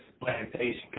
plantation